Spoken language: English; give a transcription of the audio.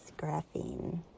graphene